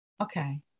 okay